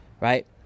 Right